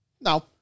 No